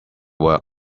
work